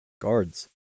Guards